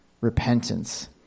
repentance